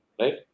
Right